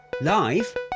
Live